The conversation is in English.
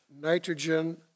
nitrogen